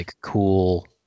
cool